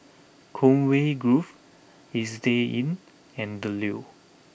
Conway Grove Istay Inn and The Leo